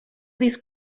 these